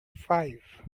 five